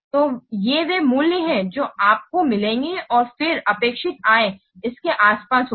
तो ये वे मूल्य हैं जो आपको मिलेंगे और फिर अपेक्षित आय इसके आसपास होगी